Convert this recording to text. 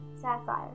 Sapphire